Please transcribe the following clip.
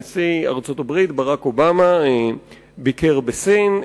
נשיא ארצות הברית ברק אובמה ביקר בסין,